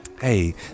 Hey